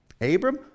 Abram